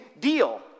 deal